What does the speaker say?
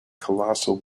colossal